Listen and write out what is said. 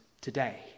today